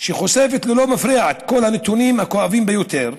חושפת ללא מפריע את כל הנתונים הכואבים ביותר.